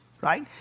right